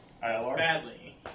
badly